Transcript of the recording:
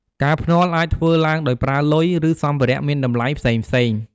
ការភ្នាល់អាចធ្វើឡើងដោយប្រើ លុយ ឬសម្ភារៈមានតម្លៃផ្សេងៗ។